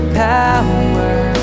power